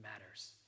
matters